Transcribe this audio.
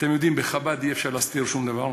אתם יודעים, בחב"ד אי-אפשר להסתיר שום דבר.